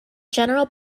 general